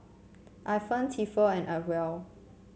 Ifan Tefal and Acwell